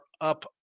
up